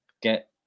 get